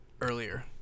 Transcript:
earlier